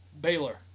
Baylor